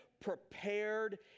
prepared